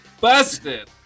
busted